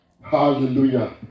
Hallelujah